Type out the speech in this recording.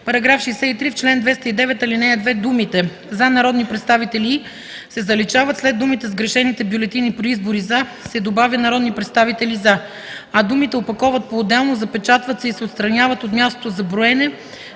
§ 63: „§ 63. В чл. 209, ал. 2 думите „за народни представители и” се заличават, след думите „сгрешените бюлетини при избори за” се добавя „народни представители за”, а думите „опаковат поотделно, запечатват се и се отстраняват от мястото за броене”